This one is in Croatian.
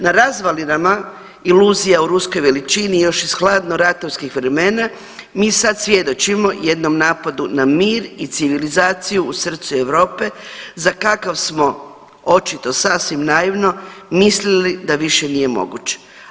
Na razvalinama iluzija o ruskoj veličini još iz hladnoratovskih vremena mi sad svjedočimo jednom napadu na mir i civilizaciju u srcu Europe za kakav smo očito sasvim naivno mislili da više nije moguće.